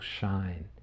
shine